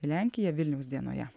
į lenkiją vilniaus dienoje